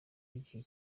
igihe